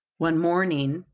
one morning,